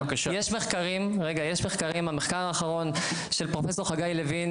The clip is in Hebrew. יש מחקרים, המחקר האחרון של פרופסור חגי לוין